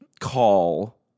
call